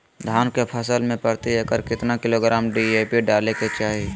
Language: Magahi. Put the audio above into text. धान के फसल में प्रति एकड़ कितना किलोग्राम डी.ए.पी डाले के चाहिए?